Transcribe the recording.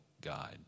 guide